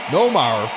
Nomar